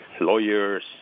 lawyers